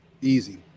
Easy